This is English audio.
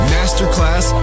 Masterclass